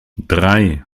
drei